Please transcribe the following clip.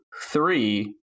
three